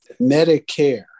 Medicare